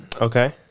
okay